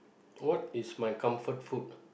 what is my comfort food